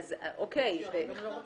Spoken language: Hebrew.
אז באמת